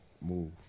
move